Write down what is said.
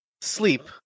sleep